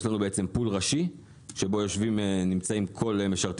יש לנו בעצם פול ראשי שבו יושבים כל משרתי